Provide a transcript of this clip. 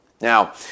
Now